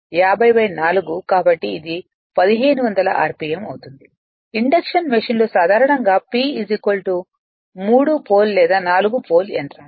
కాబట్టి ఇది 1500 RPM అవుతుంది ఇండక్షన్ మెషీన్లు సాధారణంగా P 3 పోల్ లేదా 4 పోల్ యంత్రాలు